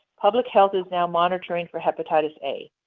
public health is now monitoring for hepatitis a.